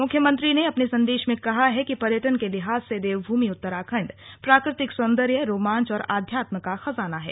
मुख्यमंत्री ने अपने संदेश में कहा है कि पर्यटन के लिहाज से देवभूमि उत्तराखंड प्राकृतिक सौंदर्य रोमांच और आध्यात्म का खजाना है